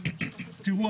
תראו,